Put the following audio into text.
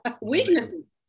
Weaknesses